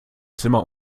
zimmer